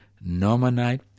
nominate